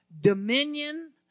dominion